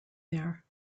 there